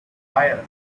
fire